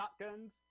shotguns